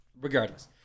Regardless